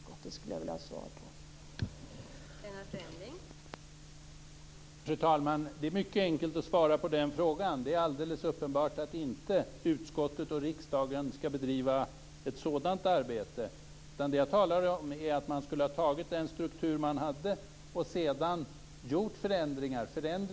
Det skulle jag vilja ha svar på.